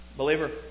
Believer